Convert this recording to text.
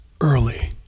early